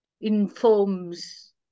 informs